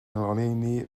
ngoleuni